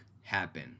happen